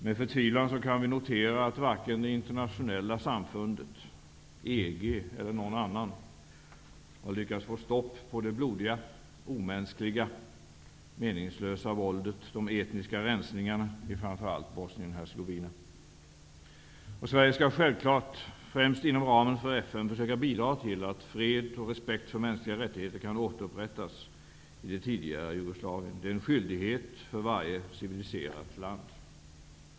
Med förtvivlan kan vi notera att varken det internationella samfundet, EG eller någon annan har lyckats få stopp på det blodiga, omänskliga och meningslösa våldet eller de etniska rensningarna, framför allt i Bosnien-Hercegovina. Sverige skall självklart, främst inom ramen för FN, försöka bidra till att fred och respekt för mänskliga rättigheter kan återupprättas i det tidigare Jugoslavien. Det är en skyldighet för varje civiliserat land.